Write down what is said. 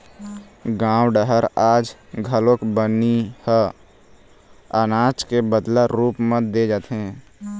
गाँव डहर आज घलोक बनी ह अनाज के बदला रूप म दे जाथे